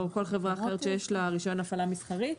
כל חברה אחרת שיש לה רישיון הפעלה מסחרי,